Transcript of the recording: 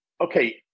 okay